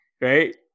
right